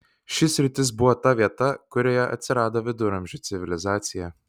ši sritis buvo ta vieta kurioje atsirado viduramžių civilizacija